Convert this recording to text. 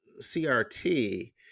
CRT